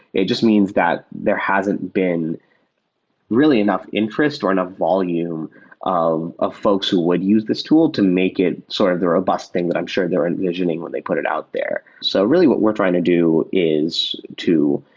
it just means that there hasn't been really enough interest to and run volume um of folks who would use this tool to make it sort of the robust thing that i'm sure they're envisioning when they put it out there. so really, what we're trying to do is to,